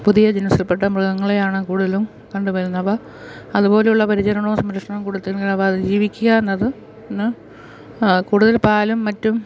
പുതിയ ജനസിൽപ്പെട്ട മൃഗങ്ങളെയാണ് കൂടുതലും കണ്ട് വരുന്നവ അതുപോലെ ഉള്ള പരിചരണവും സംരക്ഷണവും കൊടുത്ത് ഇതുങ്ങള് അവ അതിജീവിക്കുക എന്നത് ഇന്ന് കൂടുതൽ പാലും മറ്റും